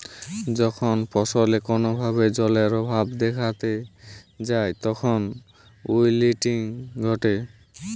যখন ফসলে কোনো ভাবে জলের অভাব দেখাত যায় তখন উইল্টিং ঘটে